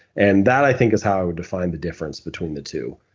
and that i think is how i would define the difference between the two.